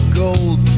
gold